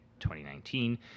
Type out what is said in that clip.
2019